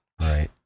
Right